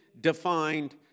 defined